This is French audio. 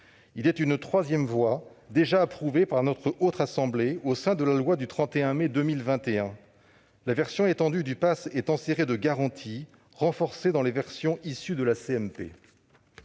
Il constitue une troisième voie, déjà approuvée par la Haute Assemblée au sein de la loi du 31 mai. La version étendue du passe est enserrée de garanties, renforcées dans la version issue de la CMP.